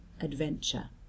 adventure